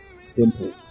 Simple